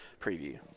preview